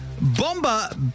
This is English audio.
Bomba